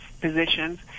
positions